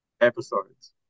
episodes